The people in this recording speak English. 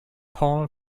paul